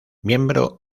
miembro